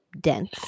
dense